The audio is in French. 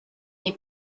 est